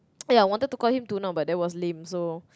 ya I wanted to call him to now but that was lame so